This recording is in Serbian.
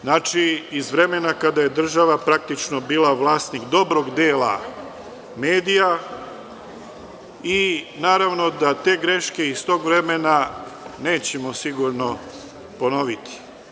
Znači, iz vremena kada je država praktično bila vlasnik dobrog dela medija i naravno te greške iz tog vremena nećemo sigurno ponoviti.